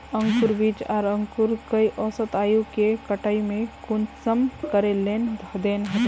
अंकूर बीज आर अंकूर कई औसत आयु के कटाई में कुंसम करे लेन देन होए?